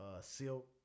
Silk